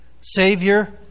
Savior